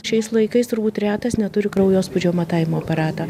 šiais laikais turbūt retas neturi kraujospūdžio matavimo aparatą